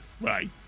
right